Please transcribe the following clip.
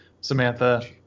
Samantha